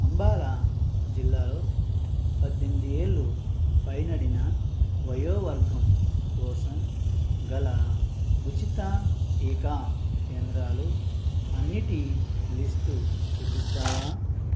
అంబాలా జిల్లాలో పద్దెనిమిది ఏళ్ళు పైబడిన వయోవర్గం కోసం గల ఉచిత టీకా కేంద్రాలు అన్నింటి లిస్టు చూపిస్తావా